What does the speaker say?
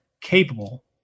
capable